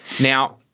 Now